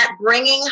bringing